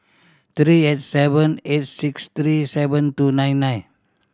three eight seven eight six three seven two nine nine